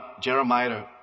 Jeremiah